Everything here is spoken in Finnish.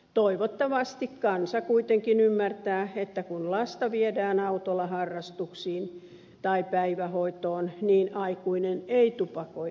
toivottavasti kansa kuitenkin ymmärtää että kun lasta viedään autolla harrastuksiin tai päivähoitoon niin aikuinen ei tupakoi autossa